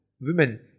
women